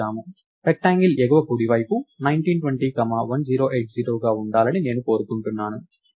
rectangle ఎగువ కుడివైపు 1920 comma 1080గా ఉండాలని నేను కోరుకుంటున్నాను